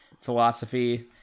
philosophy